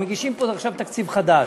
הרי מגישים פה עכשיו תקציב חדש,